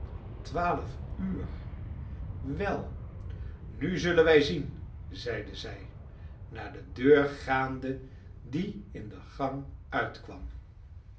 twaalf uur wel nu zullen wij zien zeide zij naar de deur gaande die in de gang uitkwam